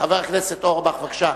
חבר הכנסת אורבך, בבקשה.